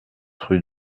rue